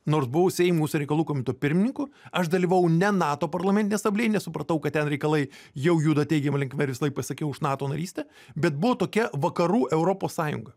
nors buvau seimo užsienio reikalų komiteto pirmininku aš dalyvavau ne nato parlamentinėj asamblėjoj nes supratau kad ten reikalai jau juda teigiama linkme ir visąlaik pasakiau už nato narystę bet buvo tokia vakarų europos sąjunga